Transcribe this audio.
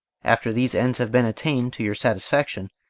after these ends have been attained to your satisfaction,